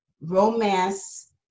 romance